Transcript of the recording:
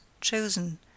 chosen